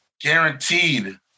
guaranteed